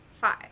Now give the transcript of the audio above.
five